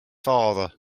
father